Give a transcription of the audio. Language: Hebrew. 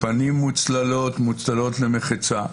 פנים מוצללות, מוצללות למחצה.